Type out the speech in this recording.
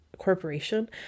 corporation